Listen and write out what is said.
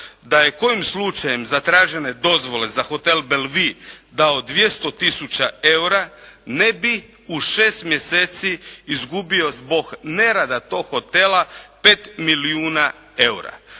da je kojim slučajem zatražena dozvola za hotel Belevue dao 200 tisuća EUR-a ne bi u 6 mjeseci izgubio zbog nerada tog hotela 5 milijuna EUR-a.